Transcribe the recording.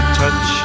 touch